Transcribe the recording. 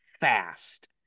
fast